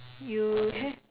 you have